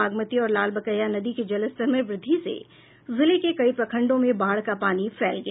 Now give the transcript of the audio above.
बागमती और लालबकैया नदी के जलस्तर में वृद्वि से जिले के कई प्रखंडों में बाढ़ का पानी फैला गया